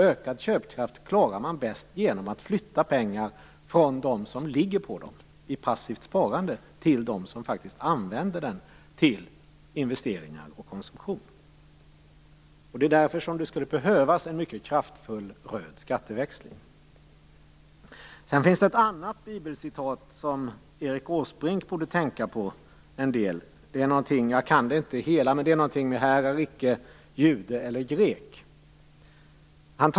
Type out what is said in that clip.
Ökad köpkraft uppnår man bäst genom att flytta pengar från dem som ligger på dem i passivt sparande till dem som faktiskt använder dem till investeringar och konsumtion. Därför skulle en mycket kraftfull röd skatteväxling behövas. Det finns också ett annat bibelcitat, som Erik Åsbrink borde tänka på. Jag kan inte hela, men det är något i stil med: Här är icke jude eller grek.